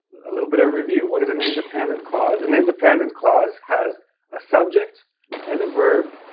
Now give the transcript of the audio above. a little bit of review what is an independent clause? an independent clause has a subject and a verb,